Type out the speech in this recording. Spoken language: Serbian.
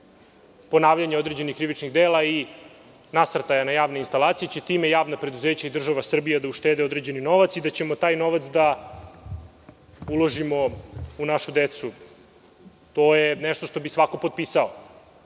ponavljanje određenih krivičnih dela i nasrtaja na javne instalacije, time će javna preduzeća i država Srbija uštedeti određeni novac i da ćemo taj novac da uložimo u našu decu, to je nešto što bi svako potpisao,